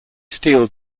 steel